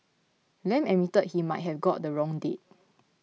Lam admitted he might have got the wrong date